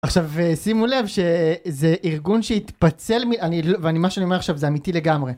עכשיו שימו לב שזה ארגון שהתפצל, ומה שאני אומר עכשיו זה אמיתי לגמרי.